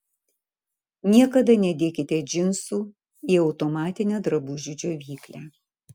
niekada nedėkite džinsų į automatinę drabužių džiovyklę